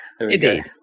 Indeed